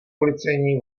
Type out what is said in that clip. policejní